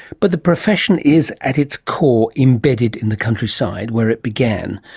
but the profession is, at its core, embedded in the countryside, where it began.